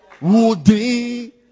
Woody